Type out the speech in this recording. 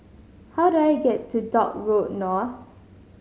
how do I get to Dock Road North